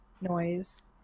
noise